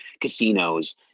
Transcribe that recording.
casinos